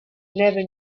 never